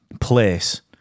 place